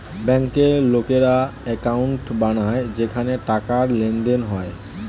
ব্যাংকে লোকেরা অ্যাকাউন্ট বানায় যেখানে টাকার লেনদেন হয়